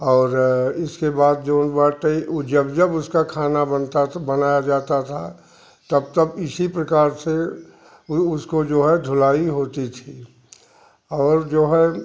और इसके बाद जो बर्तन वो जब जब उसका खाना बनता तो बनाया जाता था तब तब इसी प्रकार से वो उसको जो है धुलाई होती थी और जो है